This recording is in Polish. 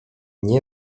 nie